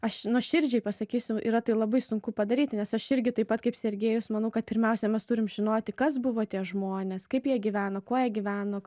aš nuoširdžiai pasakysiu yra tai labai sunku padaryti nes aš irgi taip pat kaip sergejus manau kad pirmiausia mes turim žinoti kas buvo tie žmonės kaip jie gyveno kuo jie gyveno